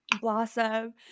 blossom